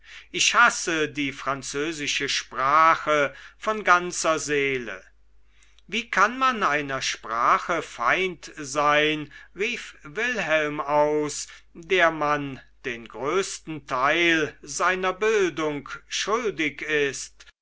ich hasse die französische sprache von ganzer seele wie kann man einer sprache feind sein rief wilhelm aus der man den größten teil seiner bildung schuldig ist